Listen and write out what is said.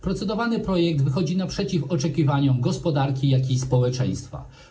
Procedowany projekt wychodzi naprzeciw oczekiwaniom gospodarki i społeczeństwa.